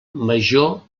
major